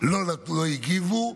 ולא הגיבו,